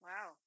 Wow